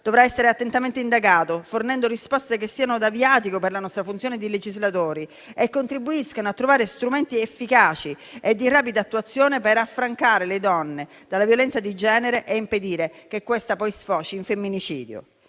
dovrà essere attentamente indagato fornendo risposte che siano da viatico per la nostra funzione di legislatori e contribuiscano a trovare strumenti efficaci e di rapida attuazione per affrancare le donne dalla violenza di genere e impedire che questa poi sfoci in femminicidio.